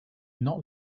not